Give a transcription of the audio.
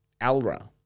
Alra